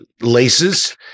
laces